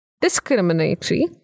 discriminatory